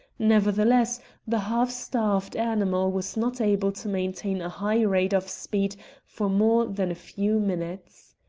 nevertheless the half-starved animal was not able to maintain a high rate of speed for more than a few minutes.